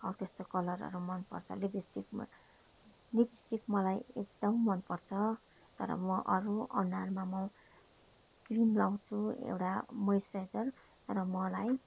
हौ त्यस्तो कलरहरू मन पर्छ लिपस्टिकमा लिपस्टिक मलाई एकदम मन पर्छ तर म अरू अनुहारमा म क्रिम लाउँछु एउटा मोइस्चराइजर र मलाई